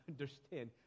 understand